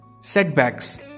setbacks